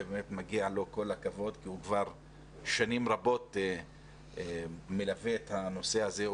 ובאמת מגיע לו כל הכבוד כי הוא כבר שנים רבות מלווה את הנושא הזה,